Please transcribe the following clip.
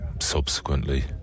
Subsequently